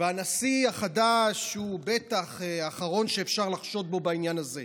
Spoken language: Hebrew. והנשיא החדש הוא בטח האחרון שאפשר לחשוד בו בעניין הזה.